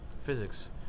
physics